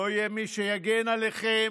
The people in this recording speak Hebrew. לא יהיה מי שיגן עליכם.